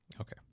Okay